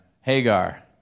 Hagar